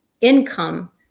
income